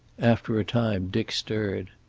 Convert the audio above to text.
after a time dick stirred.